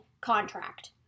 contract